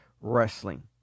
wrestling